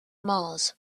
mars